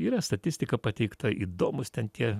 yra statistika pateikta įdomūs ten tie